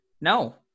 No